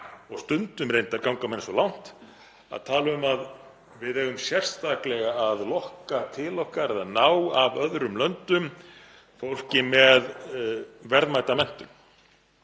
Stundum reyndar ganga menn svo langt að tala um að við eigum sérstaklega að lokka til okkar eða ná af öðrum löndum fólki með verðmæta menntun,